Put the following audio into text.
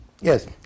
yes